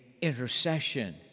intercession